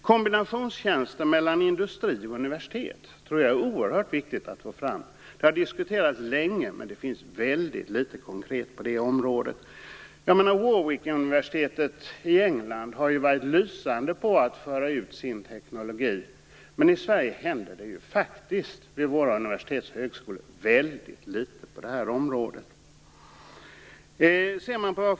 Kombinationstjänster mellan industri och universitet är oerhört viktiga att få fram. Det har diskuterats länge, men det finns mycket litet konkret på det området. På Warwick-universitet i England har man varit lysande på att föra ut sin teknologi. Men vid universiteten och högskolorna i Sverige händer det faktiskt väldigt litet.